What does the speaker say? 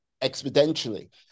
exponentially